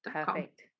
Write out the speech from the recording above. perfect